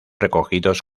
recogidos